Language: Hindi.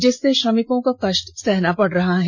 जिससे श्रमिकों को कष्ट सहना पड़ रहा है